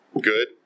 Good